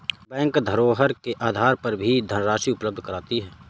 bank धरोहर के आधार पर भी धनराशि उपलब्ध कराती है